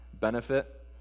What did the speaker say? benefit